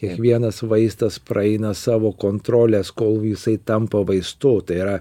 kiekvienas vaistas praeina savo kontroles kol jisai tampa vaistu tai yra